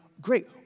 great